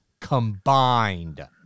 combined